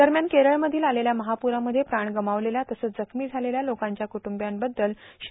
दरम्यान केरळमधील आलेल्या महापूरामध्ये प्राण गमावलेल्या तसंच जखमी झालेल्या लोकांच्या कुट्रंबियांबद्दल श्री